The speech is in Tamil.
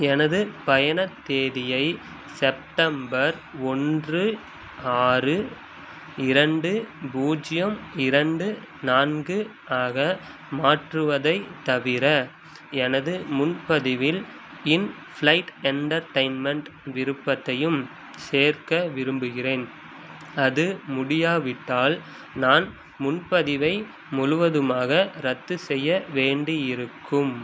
எனது பயணத் தேதியை செப்டம்பர் ஒன்று ஆறு இரண்டு பூஜ்யம் இரண்டு நான்கு ஆக மாற்றுவதைத் தவிர எனது முன்பதிவில் இன் ஃப்ளைட் என்டர்டைன்மெண்ட் விருப்பத்தையும் சேர்க்க விரும்புகிறேன் அது முடியாவிட்டால் நான் முன்பதிவை முழுவதுமாக ரத்து செய்ய வேண்டி இருக்கும்